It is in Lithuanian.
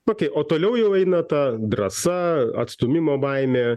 okei o toliau jau eina ta drąsa atstūmimo baimė